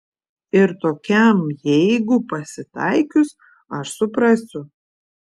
ir tokiam jeigu pasitaikius aš suprasiu